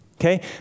Okay